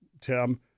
Tim